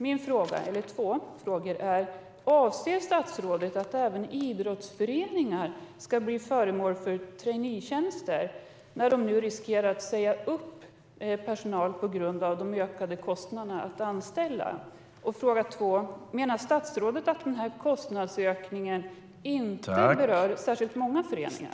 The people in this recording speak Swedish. Mina två frågor är: Avser statsrådet att även idrottsföreningar ska bli föremål för traineetjänster när det nu finns risk att de måste säga upp personal på grund av de ökade kostnaderna för att anställa? Och menar statsrådet att den här kostnadsökningen inte berör särskilt många föreningar?